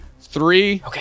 Three